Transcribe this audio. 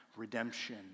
Redemption